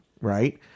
right